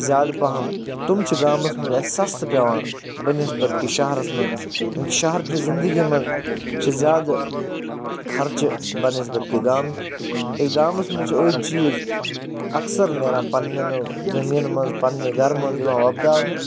زیادٕ پَہَم تٕم چھِ گامَس منٛز اسہِ سَستہٕ پیٚوان بَنیٚسبَط کہِ شَہرَس منٛز اَمہِ شَہَرچہٕ زِندگی منٛز چھِ زیادٕ خَرچہِ بنیٚسبَط کہِ گام کیاز گامَس منٛز چھِ أڑۍ چیٖز اکثر نیران پَننیٚنو زٔمیٖن منٛز پَننہِ گَرٕ منٛز یِوان وۄبداونہٕ